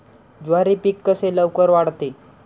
ज्वारी पीक कसे लवकर वाढते?